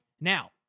now